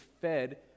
fed